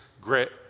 grit